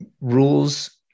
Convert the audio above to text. rules